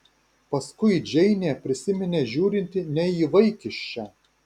paskui džeinė prisiminė žiūrinti ne į vaikiščią